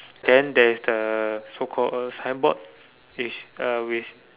then there is the so called a signboard which uh which